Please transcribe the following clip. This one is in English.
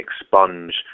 expunge